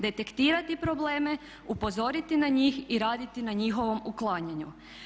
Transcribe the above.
Detektirati probleme, upozoriti na njih i raditi na njihovom uklanjanju.